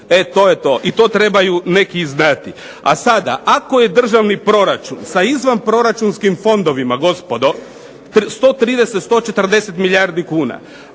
E to je to. I to trebaju neki znati. A sada ako je državni proračun sa izvanproračunskim fondovima gospodo 140 milijardi kuna.